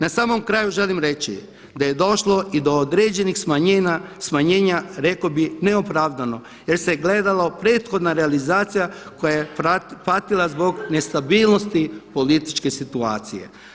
Na samom kraju želim reći da je došlo i do određenih smanjenja, rekao bih neopravdano jer se gledala prethodna realizacija koja je patila zbog nestabilnosti političke situacije.